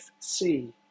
FC